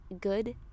good